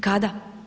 Kada?